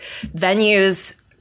venues